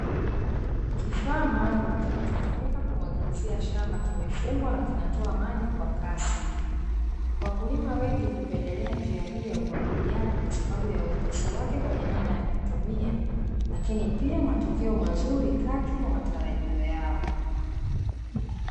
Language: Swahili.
Kifaa maalumu kinachotumika kumwagilizia shamba kimefungwa na kinatoa maji kwa kasi. Wakulima wengi hupendelea njia hii ya umwagiliaji kwa sababu ya wepesi wake kwenye namna ya kutumia lakini pia matokeo mazuri kadri ya matarajio yao.